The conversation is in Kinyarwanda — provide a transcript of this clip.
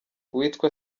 uwitwa